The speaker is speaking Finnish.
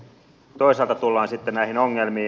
toisaalta tullaan sitten näihin ongelmiin